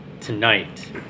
tonight